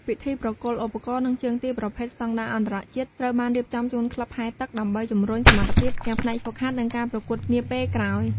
ពិធីប្រគល់ឧបករណ៍ និងជើងទាប្រភេទស្តង់ដារអន្តរជាតិត្រូវបានរៀបចំជូនក្លឹបហែលទឹក ដើម្បីជម្រុញសមត្ថភាពទាំងផ្នែកហ្វឹកហាត់ និងការប្រកួតនាពេលក្រោយ។